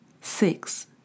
Six